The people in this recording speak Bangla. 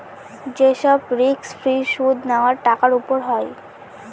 যে সব রিস্ক ফ্রি সুদ নেওয়া টাকার উপর হয়